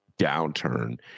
downturn